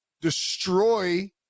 destroy